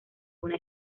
una